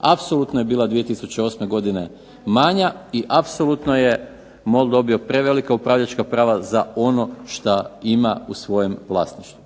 Apsolutno je bila 2008. godine manja i apsolutno je MOL dobio prevelika upravljačka prava za ono što ima u svom vlasništvu.